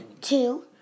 two